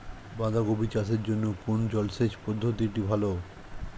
বাঁধাকপি চাষের জন্য কোন জলসেচ পদ্ধতিটি ভালো?